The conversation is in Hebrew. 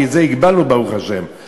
כי את זה הגבלנו ברוך השם,